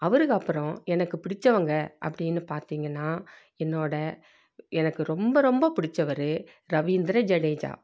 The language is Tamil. அவருக்கு அப்புறம் எனக்கு பிடிச்சவாங்க அப்படின்னு பார்த்தீங்கன்னா என்னோடய எனக்கு ரொம்ப ரொம்ப பிடிச்சவரு ரவீந்த்ர ஜடேஜா